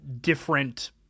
different